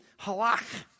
halach